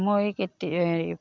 মই হেৰি